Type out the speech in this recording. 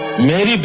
made